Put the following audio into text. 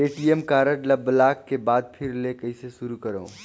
ATM card ल block के बाद फिर ले कइसे शुरू करव?